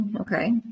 Okay